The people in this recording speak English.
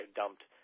dumped